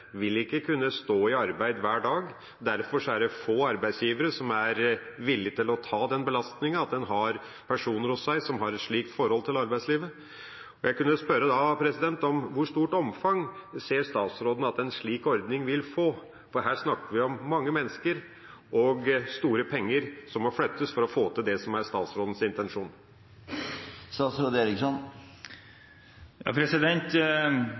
vil kunne stå i arbeid hver dag. Derfor er det få arbeidsgivere som er villige til å ta belastninga med å ha personer hos seg som har et slikt forhold til arbeidslivet. Jeg kunne spørre: Hvor stort omfang ser statsråden at en slik ordning vil få? Her snakker vi om mange mennesker og store penger som må flyttes, for å få til det som er statsrådens intensjon.